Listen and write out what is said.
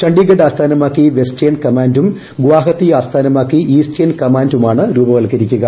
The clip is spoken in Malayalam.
ചണ്ഡീഗഡ് ആസ്ഥാനമാക്കി വെസ്റ്റേൺ കമാൻഡും ഗുവാഹത്തി ആസ്ഥാനമാക്കി ഇസ്റ്റേൺ കമാൻഡുമാണ് രൂപീകരിക്കുക